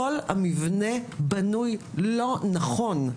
כל המבנה בנוי לא נכון.